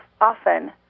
often